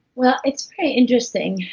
well, it's pretty interesting,